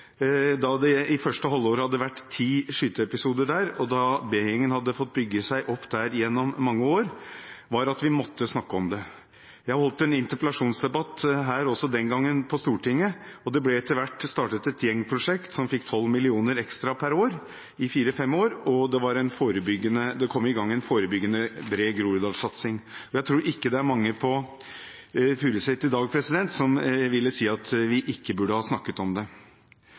da det i første halvår hadde vært ti skyteepisoder der, og da B-gjengen hadde fått bygge seg opp der gjennom mange år, var at vi måtte snakke om det. Jeg holdt en interpellasjonsdebatt i Stortinget også den gang, og det ble etter hvert startet et gjengprosjekt som fikk 12 mill. kr ekstra per år i fire–fem år, og det kom i gang en forebyggende bred Groruddal-satsing Jeg tror ikke det er mange på Furuset i dag som ville sagt at vi ikke burde ha snakket om det.